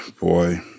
boy